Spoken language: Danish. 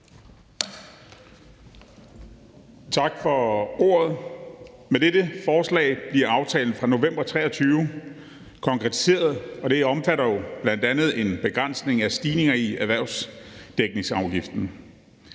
Tak for ordet. Med dette forslag bliver aftalen fra november 2023 konkretiseret, og det omfatter bl.a. en begrænsning af stigninger i erhvervsdækningsafgiften.